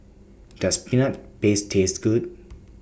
Does Peanut Paste Taste Good